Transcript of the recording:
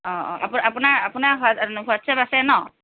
অঁ অঁ আপোনাৰ আপোনাৰ হোৱা হোৱাটচএপ আছে ন